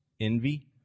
envy